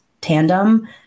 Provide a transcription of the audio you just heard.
tandem